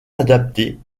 adaptés